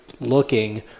looking